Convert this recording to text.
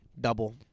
Double